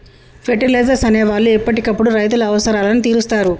fertilisers అనే వాళ్ళు ఎప్పటికప్పుడు రైతుల అవసరాలను తీరుస్తారు